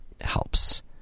helps